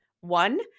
one